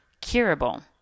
curable